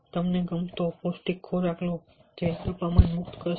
તમને ગમતો પૌષ્ટિક ખોરાક લો જે ડોપામાઈનને મુક્ત કરશે